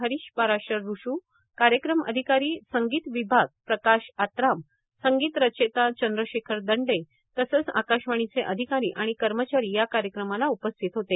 हरिष पराषर ऋशू कार्यक्रम अधिकारी संगीत विभाग प्रकाश आत्राम संगीत रचेता चंद्रशेखर दंडे तसंच आकाशवाणीचे अधिकारी आणि कर्मचारी या कार्यक्रमाला उपस्थित होते